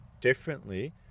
differently